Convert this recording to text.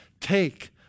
take